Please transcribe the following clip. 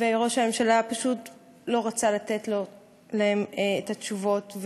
וראש הממשלה פשוט לא רצה לתת להם את התשובות.